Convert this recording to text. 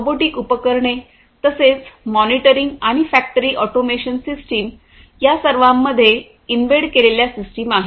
robotic उपकरणे तसेच monitoring आणि फॅक्टरी ऑटोमेशन सिस्टम या सर्वांमध्ये एम्बेड केलेल्या सिस्टम आहेत